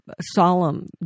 solemn